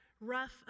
rough